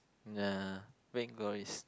uh